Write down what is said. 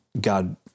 god